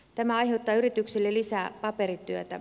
tämä aiheuttaa yrityksille lisää paperityötä